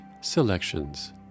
Selections